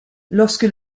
lorsque